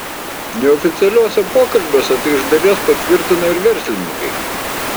neoficialiuose pokalbiuose tai iš dalies patvirtina ir verslininkai